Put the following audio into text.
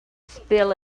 spill